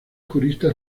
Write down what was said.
jurista